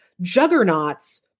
juggernauts